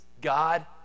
God